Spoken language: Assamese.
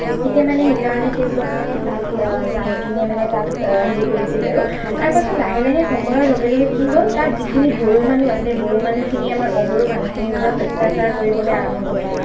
গতিকে মানে সেইকাৰণে তেওঁলোক মানে তাত যায় কিনে মানে তাত হেৰি কৰিছিল আৰু তাৰ পাছত লাহে লাহে সময়ৰ লগে লগে কি হ'ল তাত যিখিনি বড়ো মানুহ আছে বড়ো মানুহখিনিয়ে আমাৰ অবড়ো মানুহখিনিৰ ওপৰত অত্যাচাৰ কৰিবলৈ আৰম্ভ কৰিলে